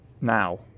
Now